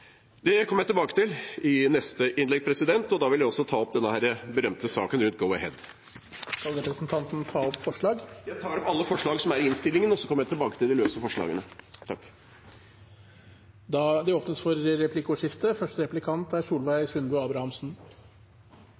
Det kommer jeg tilbake til i neste innlegg. Da vil jeg også ta opp den berømte saken om Go-Ahead. Jeg tar opp alle forslagene fra SV i innstillingen og kommer tilbake til de løse forslagene. Representanten Arne Nævra har tatt opp de forslagene han refererte til. Det blir replikkordskifte. SV vil leggje ned vegselskapet Nye Vegar. SV er